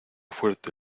fuerte